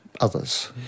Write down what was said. others